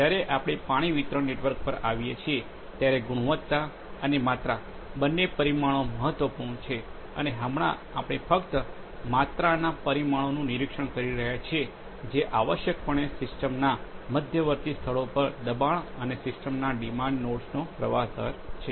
જ્યારે આપણે પાણી વિતરણ નેટવર્ક પર આવીએ છીએ ત્યારે ગુણવત્તા અને માત્રા બંને પરિમાણો મહત્વપૂર્ણ છે અને હમણાં આપણે ફક્ત માત્રાના પરિમાણોનું નિરીક્ષણ કરી રહ્યા છીએ જે આવશ્યકપણે સિસ્ટમના મધ્યવર્તી સ્થળો પર દબાણ અને સિસ્ટમના ડિમાન્ડ નોડ્સનો પ્રવાહ દર છે